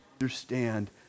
understand